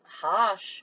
harsh